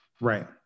Right